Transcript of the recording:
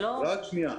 רק שנייה,